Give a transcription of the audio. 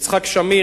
יצחק שמיר,